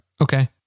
Okay